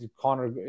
Connor